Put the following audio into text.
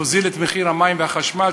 תוזיל את המים והחשמל,